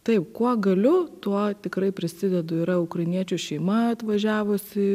taip kuo galiu tuo tikrai prisidedu yra ukrainiečių šeima atvažiavusi